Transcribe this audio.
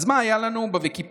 אז מה היה לנו בוויקיפדיה?